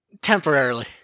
Temporarily